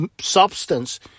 substance